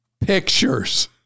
pictures